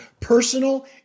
personal